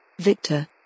Victor